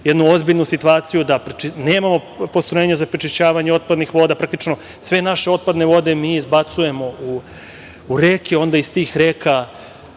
jednu ozbiljnu situaciju da nemamo postrojenja za prečišćavanje otpadnih voda, praktično sve naše otpadne vode mi izbacujemo u reke, onda iz tih reka